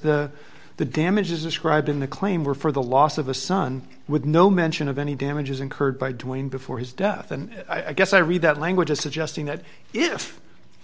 the the damages described in the claim were for the loss of a son with no mention of any damages incurred by doing before his death and i guess i read that language is suggesting that if